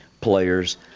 players